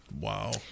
wow